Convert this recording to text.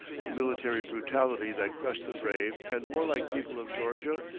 the military brutality that crushed the brave and warlike people of georgia,